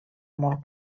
molt